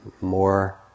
more